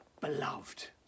beloved